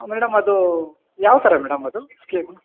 madam ಅದು ಯಾವ ಥರ ಮೇಡಮ್ ಅದು ಸ್ಕೀಮು